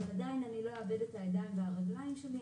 אבל עדיין אני לא אאבד את הידיים והרגליים שלי,